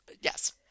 Yes